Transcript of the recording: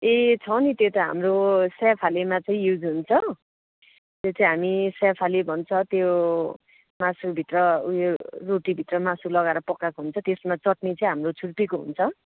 ए छ नि त्यो त हाम्रो स्याफालेमा चाहिँ युज हुन्छ त्यो चाहिँ हामी स्याफाले भन्छ त्यो मासुभित्र उयो रोटीभित्र मासु लगाएर पकाएको हुन्छ त्यसमा चट्नी चाहिँ हाम्रो छुर्पीको हुन्छ